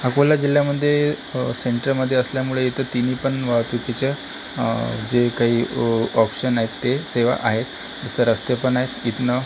अकोला जिल्ह्यामध्ये सेन्टरमध्ये असल्यामुळे इथं तिन्ही पण वाहतुकीच्या जे काही ऑप्शन आहेत ते सेवा आहेत जसं रस्ते पण आहेत इथनं